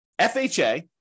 FHA